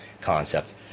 concept